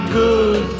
good